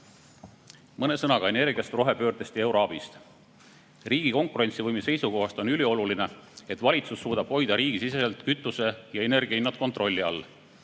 Mõne sõnaga energiast, rohepöördest ja euroabist. Riigi konkurentsivõime seisukohast on ülioluline, et valitsus suudab hoida riigisiseselt kütuse ja energia hinnad kontrolli all.